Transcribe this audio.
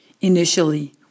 Initially